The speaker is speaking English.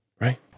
Right